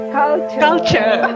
culture